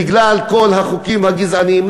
בגלל כל החוקים הגזעניים,